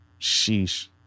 sheesh